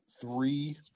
three